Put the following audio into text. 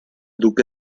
duque